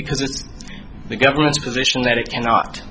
because it's the government's position that it cannot